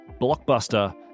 blockbuster